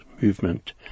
movement